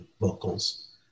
vocals